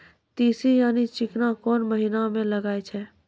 तीसी यानि चिकना कोन महिना म लगाय छै?